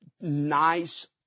nice